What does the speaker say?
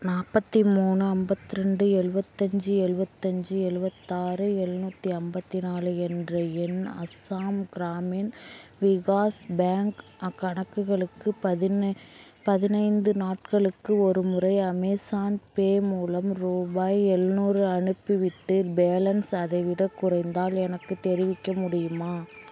நாற்பத்தி மூணு அம்பத்தி ரெண்டு எழுவத்தஞ்சி எழுவத்தஞ்சி எழுவத்தாறு எழ்நூத்தி ஐம்பத்தி நாலு என்ற என் அஸாம் கிராமின் விகாஸ் பேங்க் கணக்குகளுக்கு பதினை பதினைந்து நாட்களுக்கு ஒருமுறை அமேஸான்பே மூலம் ரூபாய் எழுநூறு அனுப்பிவிட்டு பேலன்ஸ் அதைவிடக் குறைந்தால் எனக்குத் தெரிவிக்க முடியுமா